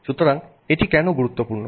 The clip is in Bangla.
সুতরাং এটি কেন গুরুত্বপূর্ণ